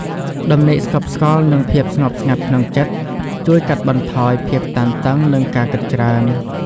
ដំណេកស្កប់ស្កល់ និងភាពស្ងប់ស្ងាត់ក្នុងចិត្ត ជួយកាត់បន្ថយភាពតានតឹង និងការគិតច្រើន។